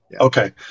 Okay